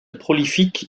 prolifique